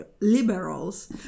liberals